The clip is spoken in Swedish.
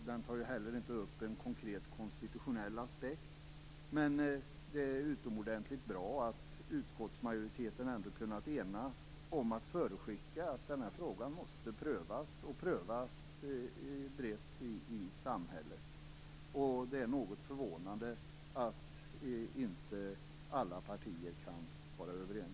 Den tar heller inte upp en konkret konstitutionell aspekt. Men det är utomordentligt bra att utskottsmajoriteten ändå har kunnat enas om att förutskicka att den här frågan måste prövas brett i samhället. Det är något förvånande att inte alla partier kan vara överens om det.